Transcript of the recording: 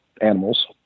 animals